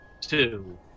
two